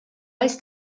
alls